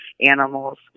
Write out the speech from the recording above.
animals